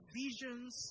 visions